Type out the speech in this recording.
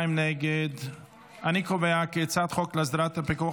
ההצעה להעביר את הצעת החוק להסדרת הפיקוח